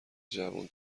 جوون